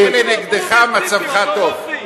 אם אלה נגדך, מצבך טוב.